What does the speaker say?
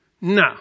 No